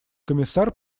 комиссар